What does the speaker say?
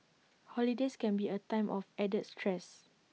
holidays can be A time of added stress